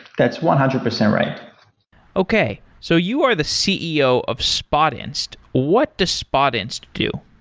that's one hundred percent right okay. so you are the ceo of spotinst. what does spotinst do?